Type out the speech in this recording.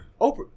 Oprah